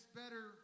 better